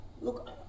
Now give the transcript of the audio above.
Look